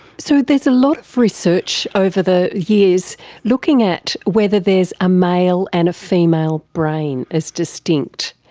so there's a lot of research over the years looking at whether there is a male and a female brain, as distinct.